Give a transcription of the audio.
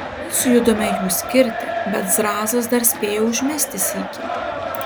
tuoj sujudome jų skirti bet zrazas dar spėjo užmesti sykį